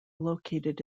located